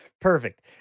Perfect